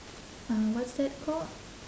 uh what's that called